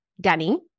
Danny